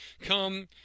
Come